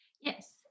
Yes